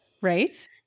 Right